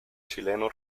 chileno